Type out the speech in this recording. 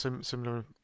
similar